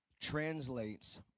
translates